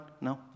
No